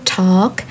talk